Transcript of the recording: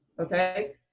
okay